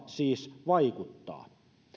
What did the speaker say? siis saa vaikuttaa